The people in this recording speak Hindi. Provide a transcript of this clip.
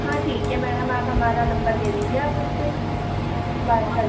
हाँ ठीक है मैडम आप हमारा नम्बर दे दीजिए आप उनसे बात कर लूँगी